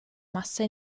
massa